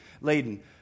laden